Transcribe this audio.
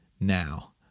now